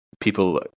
people